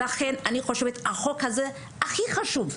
לכן אני חושבת שהחוק הזה הכי חשוב.